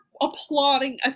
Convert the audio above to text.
applauding